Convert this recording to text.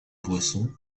boisson